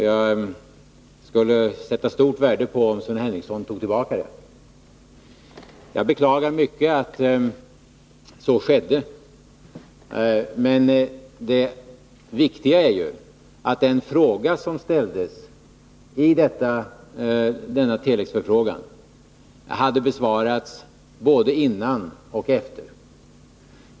Jag skulle sätta stort värde på om Sven Henricsson tog tillbaka den. Jag beklagar mycket att det gick till så, men det viktiga är ju att den fråga som ställdes i detta telexmeddelande hade besvarats både före och efter.